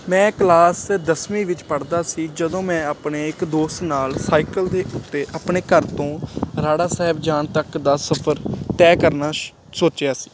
ਮੈਂ ਕਲਾਸ ਦਸਵੀਂ ਵਿੱਚ ਪੜ੍ਹਦਾ ਸੀ ਜਦੋਂ ਮੈਂ ਆਪਣੇ ਇੱਕ ਦੋਸਤ ਨਾਲ ਸਾਈਕਲ ਦੇ ਉੱਤੇ ਆਪਣੇ ਘਰ ਤੋਂ ਰਾੜਾ ਸਾਹਿਬ ਜਾਣ ਤੱਕ ਦਾ ਸਫਰ ਤੈਅ ਕਰਨਾ ਸੋਚਿਆ ਸੀ